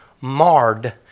marred